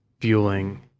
fueling